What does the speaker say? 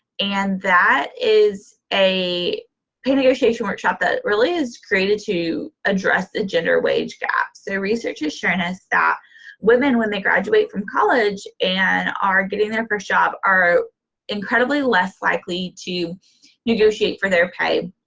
and that is a pay negotiation workshop that really is created to address the gender wage gap. so research has shown us that women, when they graduate from college and are getting their first job, are incredibly less likely to negotiate for their pay